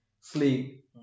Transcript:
sleep